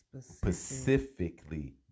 specifically